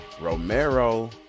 Romero